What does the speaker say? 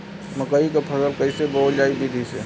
मकई क फसल कईसे बोवल जाई विधि से?